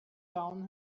down